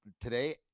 today